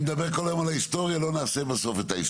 אם נדבר כל היום על ההיסטוריה לא נעשה את ההיסטוריה.